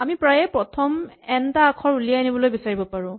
আমি প্ৰায়ে প্ৰথম এন টা আখৰ উলিয়াই আনিবলৈ বিচাৰিব পাৰো